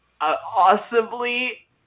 awesomely